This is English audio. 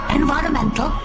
environmental